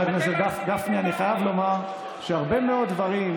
אתם מגזימים לגמרי.